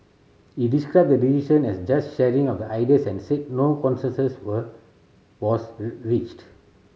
he described the decision as just sharing of ideas and said no consensus were was reached